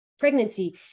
pregnancy